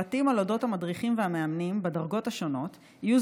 פרטים על אודות המדריכים והמאמנים בדרגות השונות יהיו